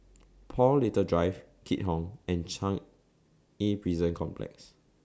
Paul Little Drive Keat Hong and Changi Prison Complex